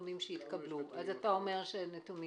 לנו יש נתונים